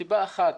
סיבה אחת,